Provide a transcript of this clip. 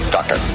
Doctor